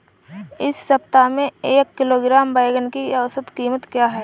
इस सप्ताह में एक किलोग्राम बैंगन की औसत क़ीमत क्या है?